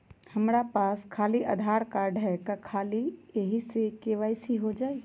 हमरा पास खाली आधार कार्ड है, का ख़ाली यही से के.वाई.सी हो जाइ?